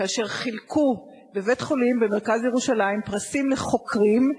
כאשר חילקו בבית-חולים במרכז ירושלים פרסים לחוקרים,